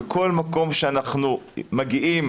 בכל מקום שאנחנו מגיעים,